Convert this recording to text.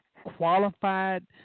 qualified